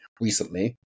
recently